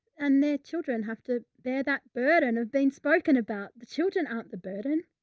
and their children have to bear that burden of being spoken about the children out the burden.